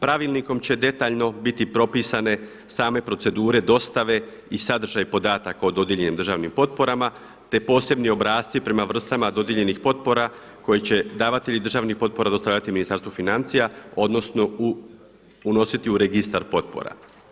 Pravilnikom će detaljno biti propisane same procedure dostave i sadržaj podataka o dodijeljenim državnim potporama, te posebni obrasci prema vrstama dodijeljenih potpora koji će davatelji državnih potpora dostavljati Ministarstvu financija odnosno unositi u Registar potpora.